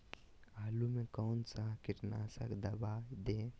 आलू में कौन सा कीटनाशक दवाएं दे?